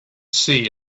see